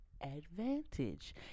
advantage